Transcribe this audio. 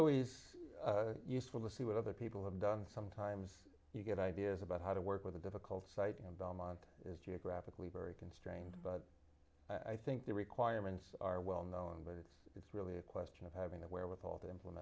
always useful to see what other people have done sometimes you get ideas about how to work with a difficult site and belmont is geographically very constrained but i think the requirements are well known but it's really a question of having the wherewithal